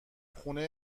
خونه